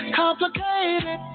complicated